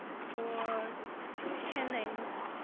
for pen names.